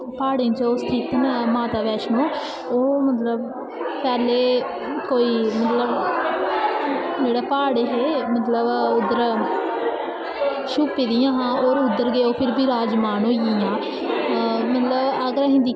प्हाड़ें च ओह् स्थित न माता बैष्णो ओह् मतलब पैह्ले कोई मतलब जेह्ड़े प्हाड़ हे मतलब उद्धर छुप्पी दियां हां फिर उद्धर गै ओह् फिर विराजमान होई गेइयां मतलब अगर अस